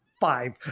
five